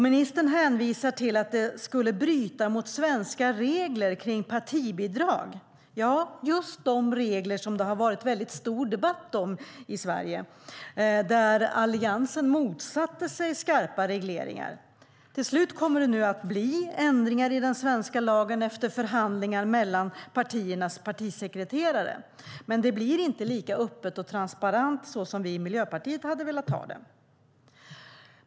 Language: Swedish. Ministern hänvisar till att det skulle bryta mot svenska regler om partibidrag - just de regler som det har varit stor debatt om i Sverige där alliansen motsatte sig skarpa regleringar. Till sist kommer det nu att göras ändringar i den svenska lagen efter förhandlingar mellan partisekreterarna. Men det blir inte lika öppet och transparent såsom vi i Miljöpartiet hade velat ha det.